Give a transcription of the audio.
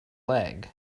lag